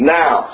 now